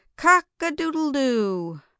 cock-a-doodle-doo